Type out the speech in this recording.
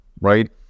right